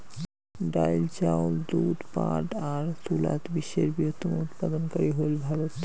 ডাইল, চাউল, দুধ, পাটা আর তুলাত বিশ্বের বৃহত্তম উৎপাদনকারী হইল ভারত